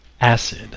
acid